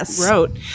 wrote